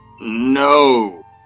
No